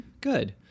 Good